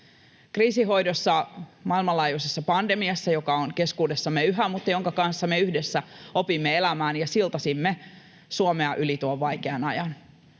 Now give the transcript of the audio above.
Kriisinhoidossa, maailmanlaajuisessa pandemiassa, joka on keskuudessamme yhä mutta jonka kanssa me yhdessä opimme elämään, siltasimme Suomea yli tuon vaikean ajan.